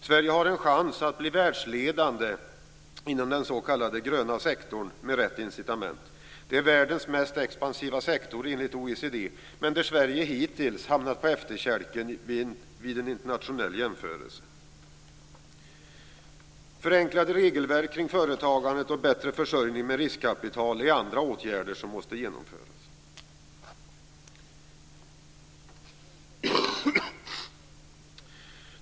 Sverige har en chans att bli världsledande inom den s.k. gröna sektorn med rätt incitament. Det är världens mest expansiva sektor enligt OECD, men hittills har Sverige hamnat på efterkälken i en internationell jämförelse. Förenklade regelverk kring företagande och bättre försörjning med riskkapital är andra åtgärder som måste genomföras.